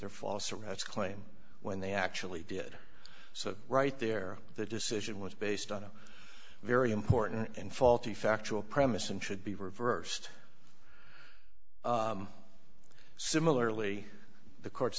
their false arrests claim when they actually did so right there the decision was based on a very important and faulty factual premise and should be reversed similarly the court's